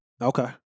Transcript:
Okay